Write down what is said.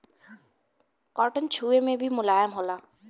cotton छुवे मे भी मुलायम होला